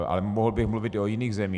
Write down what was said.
Ale mohl bych mluvit i o jiných zemích.